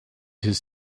his